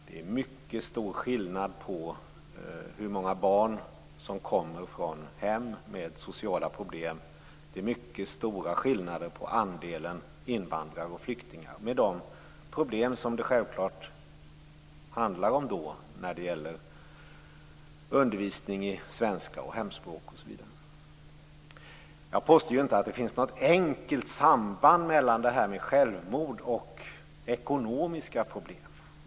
Det är mycket stora skillnader när det gäller det antal barn som kommer från hem med sociala problem och andelen invandrare och flyktingar, med de problem som det då självklart handlar om. Jag tänker på undervisningen i svenska, hemspråk osv. Jag påstår inte att det finns ett enkelt samband mellan detta med självmord och ekonomiska problem.